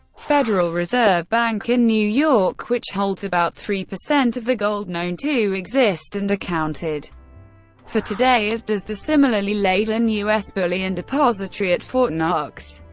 federal reserve bank in new york, which holds about three percent of the gold known to exist and accounted for today, as does the similarly laden u s. bullion depository at fort knox.